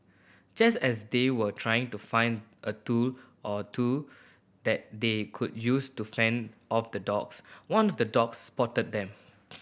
just as they were trying to find a tool or two that they could use to fend off the dogs one of the dogs spotted them